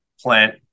Plant